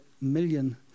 million